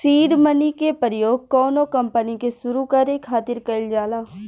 seed money के प्रयोग कौनो कंपनी के सुरु करे खातिर कईल जाला